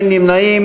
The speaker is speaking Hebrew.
אין נמנעים,